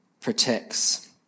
protects